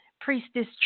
Priestess